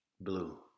Blue